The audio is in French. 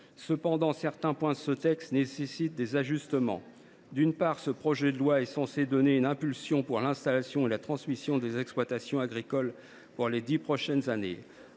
Cependant, certains points de ce texte nécessitent des ajustements. D’une part, ce projet de loi est censé donner une impulsion pour l’installation et la transmission des exploitations agricoles pour les dix prochaines années.